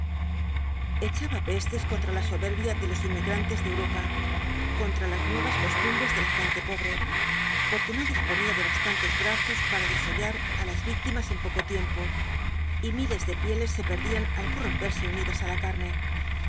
íechaba pestes contra la soberbia de los inmigrantes de europa contra las nuevas costumbres de la gente pobre porque no disponía de bastantes brazos para desollar á las víctimas en poco tiempo y miles de pieles se perdían al corromperse unidas á la carne